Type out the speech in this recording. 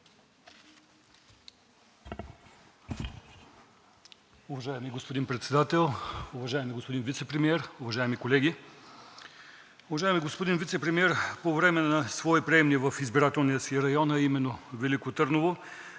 Уважаеми господин Председател, уважаеми господин Вицепремиер, уважаеми колеги! Уважаеми господин Вицепремиер, по време на свои приемни в избирателния си район, а именно Велико Търново,